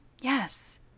Yes